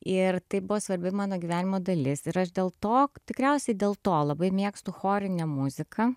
ir tai buvo svarbi mano gyvenimo dalis ir aš dėl to tikriausiai dėl to labai mėgstu chorinę muziką